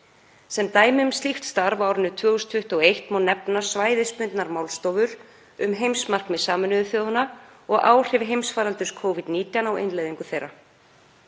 Sem dæmi um slíkt starf á árinu 2021 má nefna svæðisbundnar málstofur um heimsmarkmið Sameinuðu þjóðanna og áhrif heimsfaraldurs Covid-19 á innleiðingu þeirra.